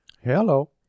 Hello